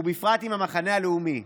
ובפרט עם המחנה הלאומי.